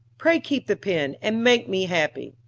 pray keep the pen and make me happy.